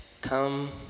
come